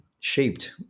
shaped